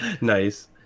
Nice